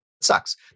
sucks